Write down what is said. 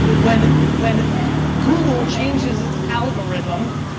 when when google changes and algorithm,